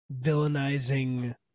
villainizing